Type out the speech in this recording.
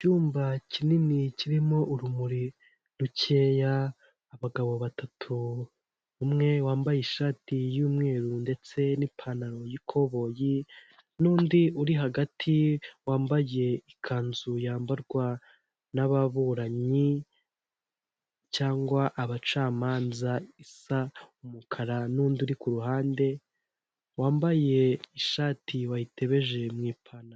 Icyumba kinini kirimo urumuri rukeya abagabo batatu umwe wambaye ishati y'umweru ndetse n'ipantaro y'ikoboyi n'undi uri hagati wambaye ikanzu yambarwa n'ababuranyi cyangwa abacamanza isa umukara n'undi uri kuruhande wambaye ishati wayiebeje mu ipantaro.